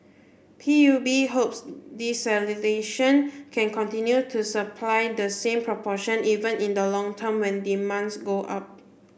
P U B hopes desalination can continue to supply the same proportion even in the long term when demands go up